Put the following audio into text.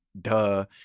duh